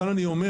כאן אני אומר,